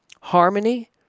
Harmony